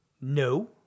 No